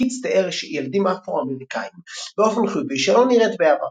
קיטס תיאר ילדים אפרו-אמריקאים באופן חיובי שלא נראית בעבר.